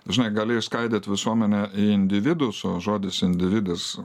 žinai gali išskaidyt visuomenę į individus o žodis individas